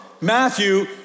Matthew